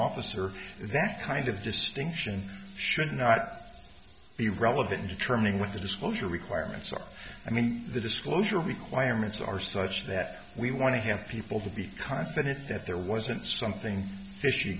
officer and that kind of distinction should not be relevant to trimming with the disclosure requirements are i mean the disclosure requirements are such that we want to have people to be confident that there wasn't something fishy